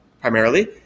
primarily